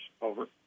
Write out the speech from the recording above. Over